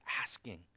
asking